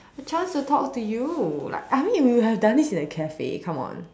a chance to talk to you like I mean we've done this in a cafe come on